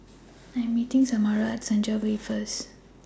I Am meeting Samara At Senja Way First